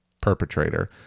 perpetrator